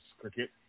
cricket